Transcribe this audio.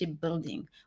building